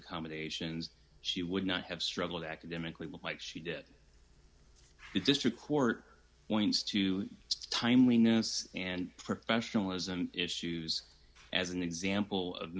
accommodations she would not have struggled academically like she did the district court points to its timeliness and professionalism issues as an example of